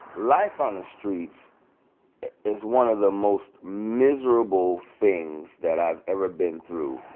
life on the streets it is one of the most miserable things that i've ever been through.